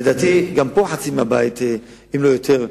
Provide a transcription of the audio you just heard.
לדעתי, חצי מהבית, אם לא יותר,